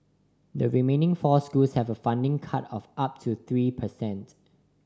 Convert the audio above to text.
the remaining four schools have a funding cut of up to three per cent